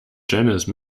janice